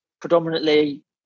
predominantly